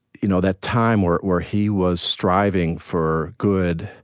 you know that time where where he was striving for good,